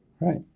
right